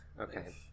Okay